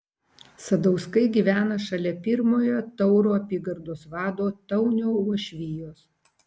sadauskai gyveno šalia pirmojo tauro apygardos vado taunio uošvijos